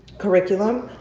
curriculum.